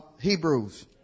Hebrews